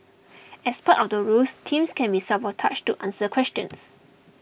as part of the rules teams can be sabotaged to answer questions